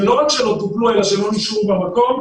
ולא רק שלא טופלו אלא שלא נשארו במקום,